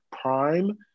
prime